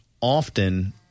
often